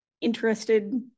interested